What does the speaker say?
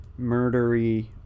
murdery